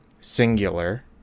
singular